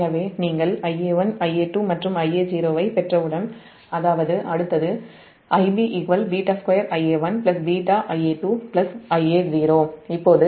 எனவே நீங்கள் Ia1 Ia2 மற்றும் Ia0 ஐப் பெற்றவுடன் அடுத்தது Ibβ2Ia1 βIa2 Ia0 இப்போது